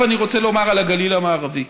אני רוצה לומר על הגליל המערבי